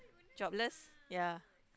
jobless ya